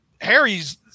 Harry's